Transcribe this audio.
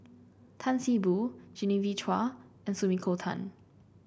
Tan See Boo Genevieve Chua and Sumiko Tan